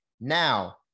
Now